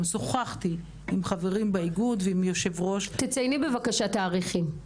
שוחחתי עם חברים באיגוד ועם יושב-ראש --- תצייני בבקשה תאריכים.